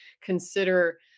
consider